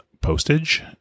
postage